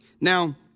Now